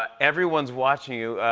ah everyone's watching you.